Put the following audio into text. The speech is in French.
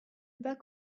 bas